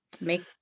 Make